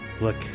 look